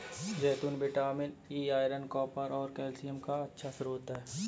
जैतून vitamin E, iron, copper और calcium का अच्छा स्रोत हैं